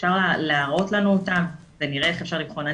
אפשר להראות לנו אותם ונבחן אותם.